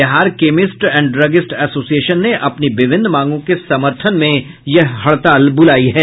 Bihar chemist and druggist association ने अपनी विभिन्न मांगों के समर्थन में यह हड़ताल बुलायी है